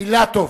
אילַטוב.